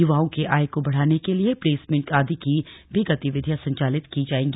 युवाओं के आय को बढ़ाने के लिये प्लेसमेंट आदि की भी गतिविधियां संचालित की जायेंगी